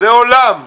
לעולם ,